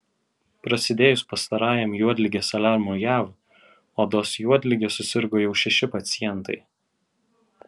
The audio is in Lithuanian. prasidėjus pastarajam juodligės aliarmui jav odos juodlige susirgo jau šeši pacientai